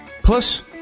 Plus